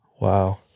Wow